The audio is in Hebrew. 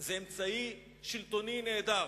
זה אמצעי שלטוני נהדר,